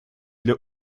для